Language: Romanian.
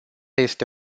este